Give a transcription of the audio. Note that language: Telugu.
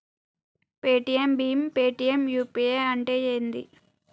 పేటిఎమ్ భీమ్ పేటిఎమ్ యూ.పీ.ఐ అంటే ఏంది?